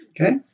Okay